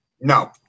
no